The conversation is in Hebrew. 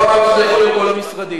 תשובה, לא אמרתי שזה יחול על כל המשרדים.